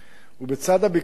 ובצד הביקוש,